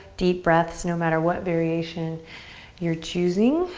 deep breaths no matter what variation you're choosing.